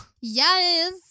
Yes